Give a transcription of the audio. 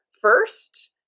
first